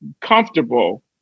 comfortable